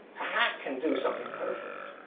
hack can do something perfect,